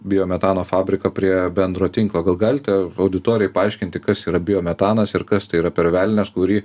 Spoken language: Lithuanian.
biometano fabriką prie bendro tinklo gal galite auditorijai paaiškinti kas yra biometanas ir kas tai yra per velnias kurį